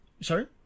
Sorry